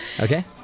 Okay